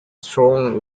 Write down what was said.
strong